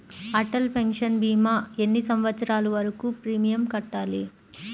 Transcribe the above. Atal pension భీమా ఎన్ని సంవత్సరాలు వరకు ప్రీమియం కట్టాలి?